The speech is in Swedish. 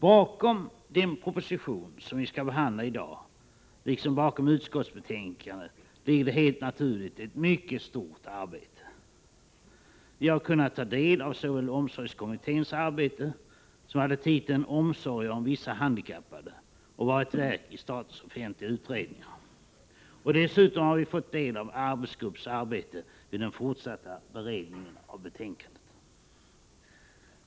Bakom den proposition som vi skall behandla i dag, liksom bakom utskottets betänkande, ligger det helt naturligt ett mycket stort arbete. Vi har kunnat ta del av omsorgskommitténs betänkande, som hade titeln Omsorger om vissa handikappade och som ingår i statens offentliga utredningar. Dessutom har vi kunnat ta del av en arbetsgrupps arbete med den fortsatta beredningen av ärendet.